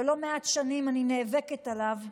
שלא מעט שנים אני נאבקת עליו,